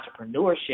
entrepreneurship